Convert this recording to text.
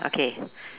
okay